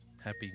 Happy